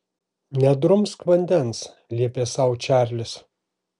nedrumsk vandens liepė sau čarlis